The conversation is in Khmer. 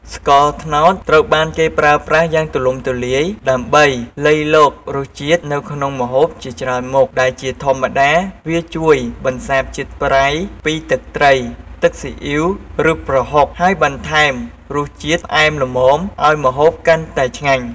ស្ករត្នោតត្រូវបានគេប្រើប្រាស់យ៉ាងទូលំទូលាយដើម្បីលៃលករសជាតិនៅក្នុងម្ហូបជាច្រើនមុខ ដែលជាធម្មតាវាជួយ បន្សាបជាតិប្រៃ ពីទឹកត្រី ទឹកស៊ីអ៉ីវ ឬប្រហុក ហើយបន្ថែមរសជាតិផ្អែមល្មមឱ្យម្ហូបកាន់តែឆ្ងាញ់។